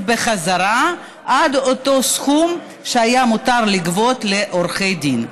בחזרה עד אותו סכום שהיה מותר לעורכי דין לגבות.